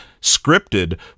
scripted